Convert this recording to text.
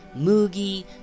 Moogie